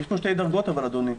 יש פה שתי דרגות אבל, אדוני.